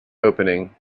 opening